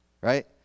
right